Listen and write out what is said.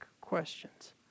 questions